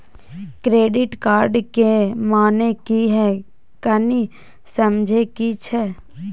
Credit card के माने की हैं, कनी समझे कि छि?